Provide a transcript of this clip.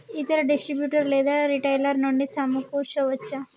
ఇతర డిస్ట్రిబ్యూటర్ లేదా రిటైలర్ నుండి సమకూర్చుకోవచ్చా?